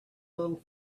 little